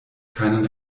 keinen